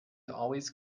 always